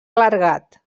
clergat